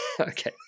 Okay